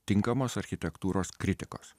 tinkamos architektūros kritikos